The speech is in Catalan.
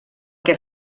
que